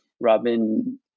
Robin